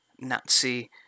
Nazi